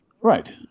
right